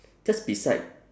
just beside